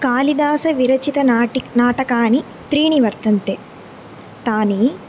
कालिदास विरचितनाटकं नाटकानि त्रीणि वर्तन्ते तानि